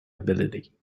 ability